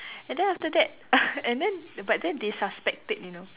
and then after that and then but then they suspect it you know